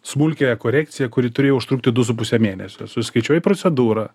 smulkiąją korekciją kuri turėjo užtrukti du su puse mėnesio suskaičiuoji procedūrą